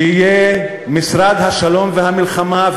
שיהיה משרד השלום והמלחמה,